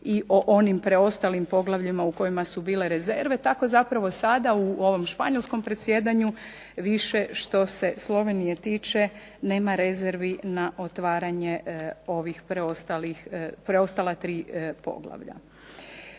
i o onim preostalim poglavljima u kojima su bile rezerve. Tako zapravo sada u ovom španjolskom predsjedanju više što se Slovenije tiče nema rezervi na otvaranje ova preostala tri poglavlja.